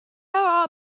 are